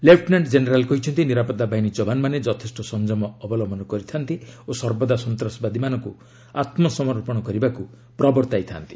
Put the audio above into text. lieutenant general କହିଛନ୍ତି ନିରାପତ୍ତା ବାହିନୀ ଯବାନମାନେ ଯଥେଷ୍ଟ ସଂଯମ ଅବଲମ୍ବନ କରିଥାନ୍ତି ଓ ସର୍ବଦା ସନ୍ତାସବାଦୀମାନଙ୍କୁ ଆତ୍ମସମର୍ପଣ କରିବାକୁ ପ୍ରବର୍ତ୍ତାଇଥାନ୍ତି